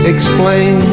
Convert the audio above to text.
Explain